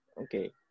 Okay